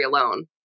alone